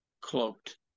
cloaked